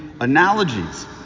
analogies